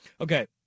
Okay